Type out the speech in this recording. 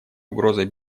угрозой